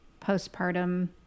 postpartum